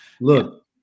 look